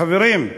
חברים,